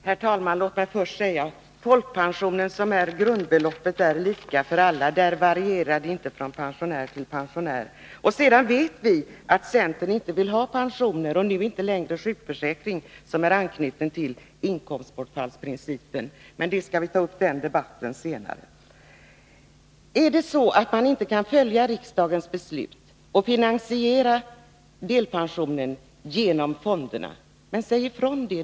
Herr talman! Låt mig först säga beträffande folkpensioneringen att grundbeloppet är lika för alla. Där varierar det inte från pensionär till pensionär. Sedan vet vi att centern inte vill ha pensioner och nu inte längre sjukförsäkringar som är anknutna till inkomstbortfallsprincipen. Men den debatten skall vi ta upp senare. Kan man inte följa riksdagens beslut och finansiera delpensionen genom fonderna, säg då ifrån!